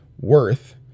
worth